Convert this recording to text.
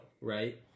right